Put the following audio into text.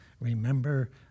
remember